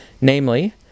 Namely